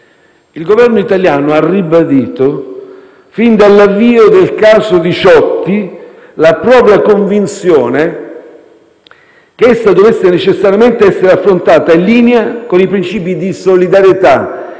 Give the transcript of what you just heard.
Il Governo italiano ha ribadito, fin dall'avvio del caso Diciotti, la propria convinzione che esso dovesse necessariamente essere affrontato in linea con i princìpi di solidarietà